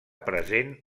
present